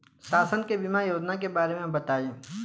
शासन के बीमा योजना के बारे में बताईं?